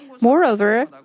Moreover